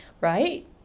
right